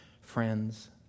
Friends